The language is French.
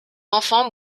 enfants